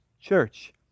church